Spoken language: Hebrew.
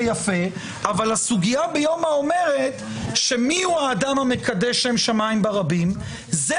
יפה אבל הסוגיה ביומא אומרת שהאדם המקדש שם שמיים ברבים הוא